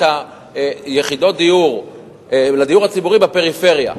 מספר יחידות הדיור הציבורי בפריפריה.